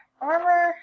armor